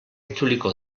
itzuliko